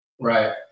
Right